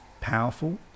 powerful